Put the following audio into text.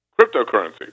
cryptocurrency